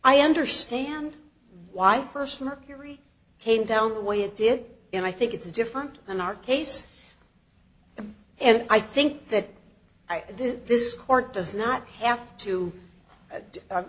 i understand why first mercury came down the way it did and i think it's different than our case and i think that i this this court does not have to